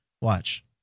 Watch